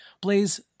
Blaze